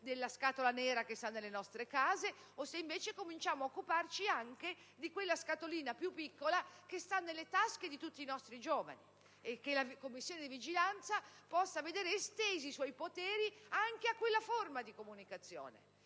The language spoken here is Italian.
della scatola nera che sta nelle nostre case, o se invece dobbiamo cominciare ad occuparci anche di quella scatolina più piccola che sta nelle tasche di tutti i nostri giovani e fare in modo che la Commissione di vigilanza possa vedere estesi i suoi poteri anche a quella forma di comunicazione,